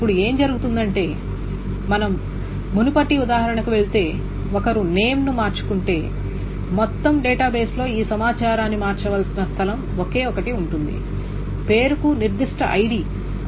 ఇప్పుడు ఏమి జరుగుతుందంటే మనం మునుపటి ఉదాహరణకి వెళితే ఒకరు నేమ్ ను మార్చుకుంటే మొత్తం డేటాబేస్లో ఈ సమాచారాన్ని మార్చాల్సిన స్థలం ఒకే ఒకటి ఉంది పేరుకు నిర్దిష్ట ఐడికి అనుగుణమైన టపుల్